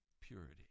purity